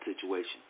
situation